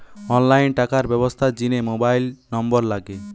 online টাকার ব্যবস্থার জিনে মোবাইল নম্বর লাগে